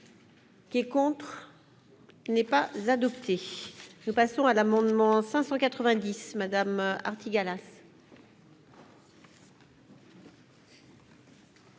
Qui est contre. N'est pas adopté, nous passons à l'amendement 590 Madame Artigalas.